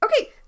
Okay